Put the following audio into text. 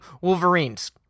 Wolverines